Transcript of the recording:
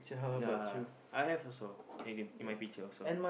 ya I have also as in in my picture also